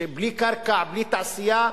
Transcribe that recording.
בלי קרקע, בלי תעשייה.